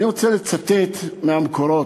אני רוצה לצטט מהמקורות.